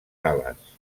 ales